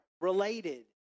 related